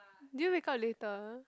did you wake up later